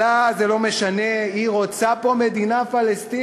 אבל לה זה לא משנה, היא רוצה פה מדינה פלסטינית.